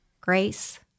Grace